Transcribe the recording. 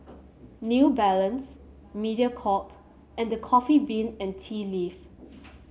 New Balance Mediacorp and The Coffee Bean and Tea Leaf